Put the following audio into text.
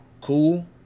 Cool